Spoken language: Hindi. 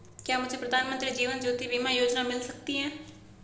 क्या मुझे प्रधानमंत्री जीवन ज्योति बीमा योजना मिल सकती है?